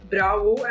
Bravo